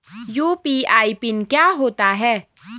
UPI pin क्या होता है?